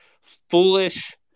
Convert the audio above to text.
foolish